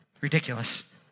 Ridiculous